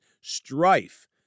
strife